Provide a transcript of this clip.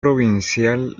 provincial